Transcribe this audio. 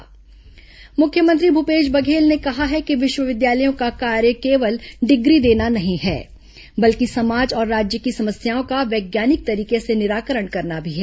CM MOU मुख्यमंत्री भूपेश बघेल ने कहा है कि विश्वविद्यालयों का कार्य कोवल डिग्री देना नहीं है बल्कि समाज और राज्य की समस्याओं का वैज्ञानिक तरीके से निराकरण करना भी है